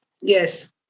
Yes